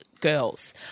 Girls